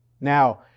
Now